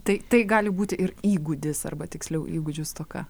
tai tai gali būti ir įgūdis arba tiksliau įgūdžių stoka